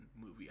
movie